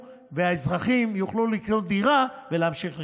והאזרחים יוכלו לקנות דירה ולהמשיך לחיות.